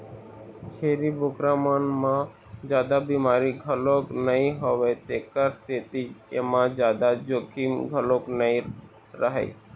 छेरी बोकरा मन म जादा बिमारी घलोक नइ होवय तेखर सेती एमा जादा जोखिम घलोक नइ रहय